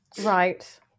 Right